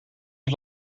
het